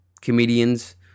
comedians